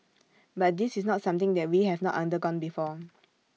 but this is not something that we have not undergone before